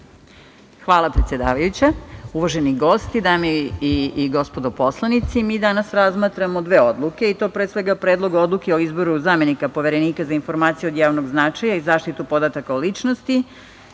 Hvala, predsedavajuća. Uvaženi gosti, dame i gospodo narodni poslanici, mi danas razmatramo dve odluke, i to, pre svega, Predlog odluke o izboru zamenika Poverenika za informacije od javnog značaja i zaštitu podataka o ličnosti